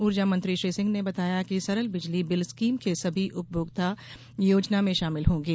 ऊर्जा मंत्री श्री सिंह ने बताया कि सरल बिजली बिल स्कीम के सभी उपभोक्ता योजना में शामिल होंगे